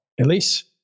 Elise